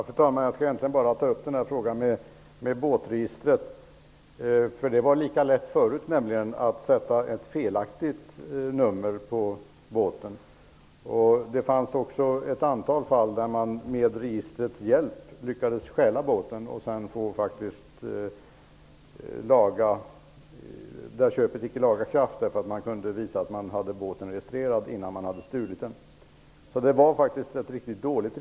Fru talman! Jag skall bara ta upp frågan om båtregistret. Även tidigare var det lika lätt att sätta ett felaktigt nummer på båten. I ett antal fall lyckades man stjäla båtar med registrets hjälp. Köpen fick laga kraft, eftersom det gick att visa att båtarna var registrerade innan de stals. Registret var mycket dåligt.